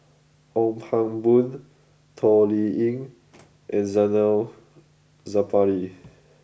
Ong Pang Boon Toh Liying and Zainal Sapari